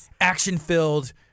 action-filled